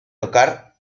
tocar